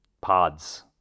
pods